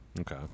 Okay